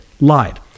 Lied